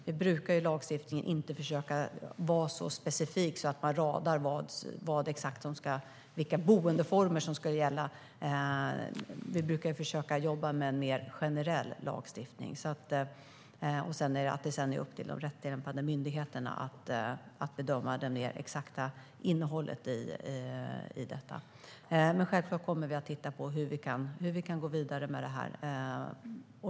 Vi brukar i lagstiftning försöka att inte vara så specifika att vi radar upp exakt vilka boendeformer det ska gälla. Vi brukar försöka jobba med mer generell lagstiftning. Sedan är det upp till de rättstillämpande myndigheterna att bedöma det mer exakta innehållet i detta. Självklart kommer vi att titta på hur vi kan gå vidare med detta.